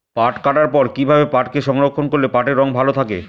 পাট কাটার পর কি ভাবে পাটকে সংরক্ষন করলে পাটের রং ভালো থাকে?